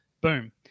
boom